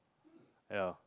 ya